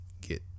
get